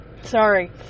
Sorry